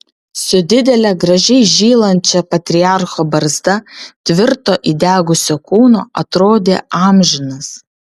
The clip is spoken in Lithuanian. su didele gražiai žylančia patriarcho barzda tvirto įdegusio kūno atrodė amžinas